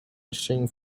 machine